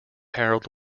harold